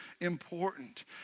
important